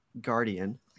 Guardian